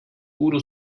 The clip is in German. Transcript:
udo